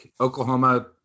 oklahoma